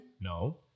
No